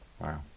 Wow